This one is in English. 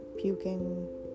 puking